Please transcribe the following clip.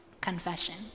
confession